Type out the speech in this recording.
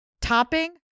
topping